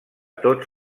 tots